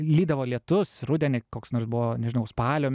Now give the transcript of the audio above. lydavo lietus rudenį koks nors buvo nežinau spalio